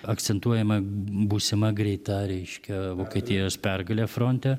akcentuojama būsima greita reiškia vokietijos pergalė fronte